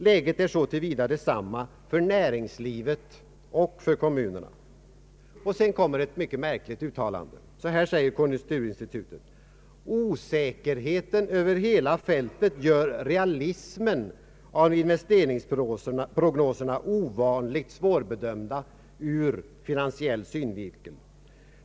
Läget är så till vida detsamma för näringslivet och för kommunerna.” Sedan kommer ett mycket märkligt uttalande. Så här säger konjunkturinstitutet: ”Osäkerheten över hela fältet gör realismen av investeringsprognoserna ovanligt svårbedömd ur finansiell synvinkel.